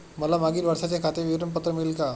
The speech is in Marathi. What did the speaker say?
मला मागील वर्षाचे खाते विवरण पत्र मिळेल का?